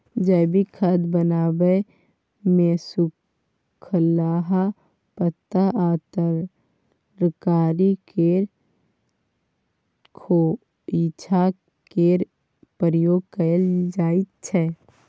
जैबिक खाद बनाबै मे सुखलाहा पात आ तरकारी केर खोंइचा केर प्रयोग कएल जाइत छै